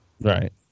Right